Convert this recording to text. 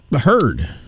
heard